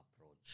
approach